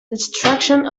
destruction